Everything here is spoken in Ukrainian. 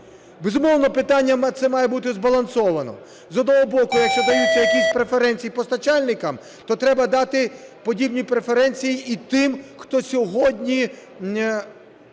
Безумовно, питання це має бути збалансовано. З одного боку, якщо даються якісь преференції постачальникам, то треба дати подібні преференції і тим, хто сьогодні